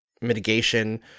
mitigation